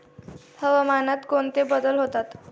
हवामानात कोणते बदल होतात?